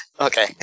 Okay